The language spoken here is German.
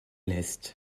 lässt